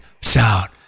sound